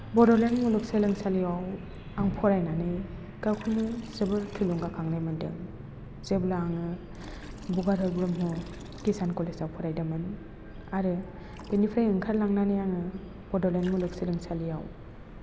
बड'लेण्ड मुलुग सोलोंसालियाव आं फरायनानै गावखौनो जोबोर थुलुंगाखांनाय मोन्दों जेब्ला आङो बगादर ब्रह्म किसान कलेजआव फरायदोंमोन आरो बेनिफ्राइ ओंखारलांनानै आङो बड'लेण्ड मुलुग सोलोंसालिआव